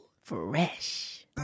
fresh